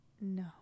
no